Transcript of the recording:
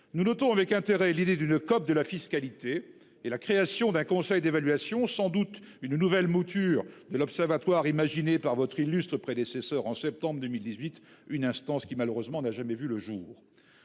Nous notons avec intérêt l'idée d'une COP de la fiscalité et la création d'un conseil d'évaluation, sans doute une nouvelle mouture de l'observatoire imaginé par votre illustre prédécesseur en septembre 2018, une instance qui n'a malheureusement jamais vu le jour.